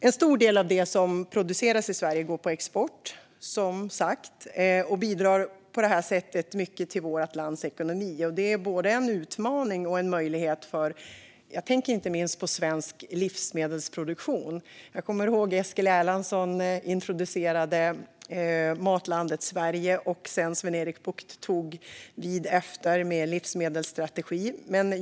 En stor del av det som produceras i Sverige går som sagt på export och bidrar på så sätt mycket till vår lands ekonomi. Detta är både en utmaning och en möjlighet för inte minst svensk livsmedelsproduktion. Jag kommer ihåg när Eskil Erlandsson introducerade Matlandet Sverige och hur Sven-Erik Bucht tog vid med livsmedelsstrategin.